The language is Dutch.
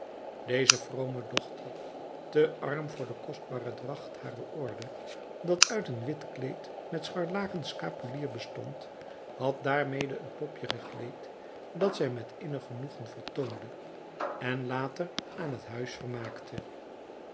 deze vrome dochter te arm voor de kostbare dracht harer orde dat uit een wit kleed met scharlaken scapulier bestond had daarmede een popje gekleed dat zij met innig genoegen vertoonde en later aan het huis vermaakte